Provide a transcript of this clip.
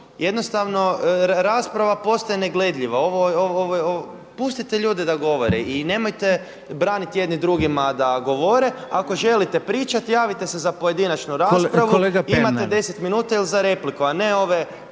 jednostavno rasprava postaje negledljiva. Ovo je, ovo je, pustite ljude da govore i nemojte braniti jedni drugima da govore. Ako želite pričati javite se za pojedinačnu raspravu, imate 10 minuta ili za repliku, a ne ove